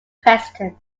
president